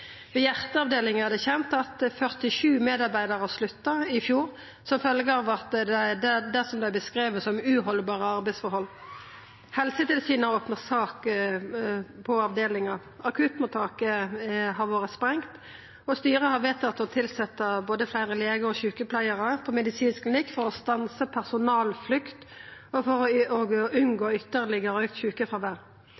Ved hjarteavdelinga er det kjent at 47 medarbeidarar slutta i fjor som følgje av det som vert beskrive som uhaldbare arbeidsforhold. Helsetilsynet har opna sak om avdelinga. Akuttmottaket har vore sprengt, og styret har vedtatt å tilsetja både fleire legar og fleire sjukepleiarar på medisinsk klinikk for å stansa personalflukta og for å